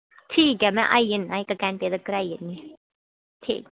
ठीक ऐ में आई जन्नी इक घंटे तक्कर आई जन्नी ठीक